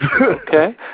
Okay